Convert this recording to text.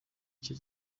cye